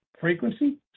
frequency